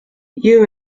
you